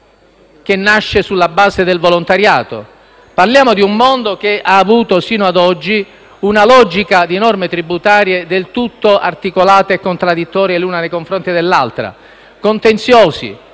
che nasce sulla base del volontariato. Parliamo di un mondo che ha avuto, sino ad oggi, una logica di norme tributarie del tutto articolate e contraddittorie l'una nei confronti dell'altra. Sui contenziosi,